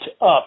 up